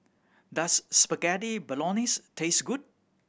does Spaghetti Bolognese taste good